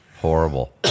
horrible